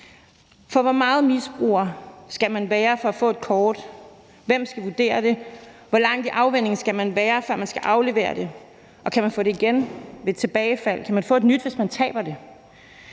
for hvor meget misbruger skal man være for at få et kort? Hvem skal vurdere det? Hvor langt i afvænning skal man være, før man skal aflevere det, og kan man få det igen ved tilbagefald? Kan man få et nyt, hvis man taber det?